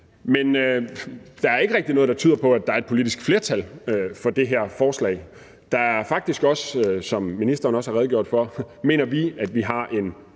Men der er ikke rigtig noget, der tyder på, at der er et politisk flertal for det her forslag. Som ministeren har redegjort for, mener vi, at vi har en